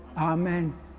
Amen